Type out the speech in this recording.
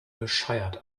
bescheuert